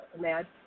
Mad